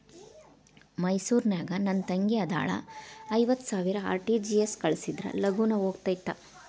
ಮೈಸೂರ್ ನಾಗ ನನ್ ತಂಗಿ ಅದಾಳ ಐವತ್ ಸಾವಿರ ಆರ್.ಟಿ.ಜಿ.ಎಸ್ ಕಳ್ಸಿದ್ರಾ ಲಗೂನ ಹೋಗತೈತ?